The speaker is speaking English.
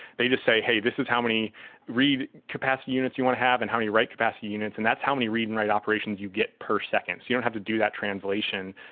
they just say, hey, this is how many read capacity units you want to have and how many write capacity units, and that's how many read and write operations you get per second. so you don't have to do that translation.